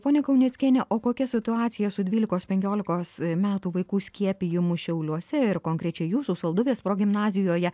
ponia kauneckiene o kokia situacija su dvylikos penkiolikos metų vaikų skiepijimų šiauliuose ir konkrečiai jūsų salduvės progimnazijoje